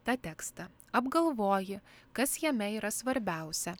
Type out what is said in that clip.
tą tekstą apgalvoji kas jame yra svarbiausia